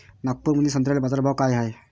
नागपुरामंदी संत्र्याले बाजारभाव काय हाय?